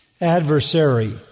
adversary